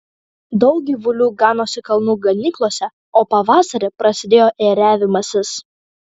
daug gyvulių ganosi kalnų ganyklose o pavasarį prasidėjo ėriavimasis